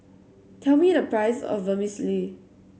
tell me the price of Vermicelli